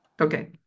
okay